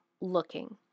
looking